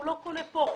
הוא לא קונה כאן.